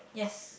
yes